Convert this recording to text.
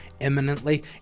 imminently